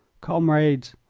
comrades,